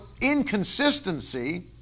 inconsistency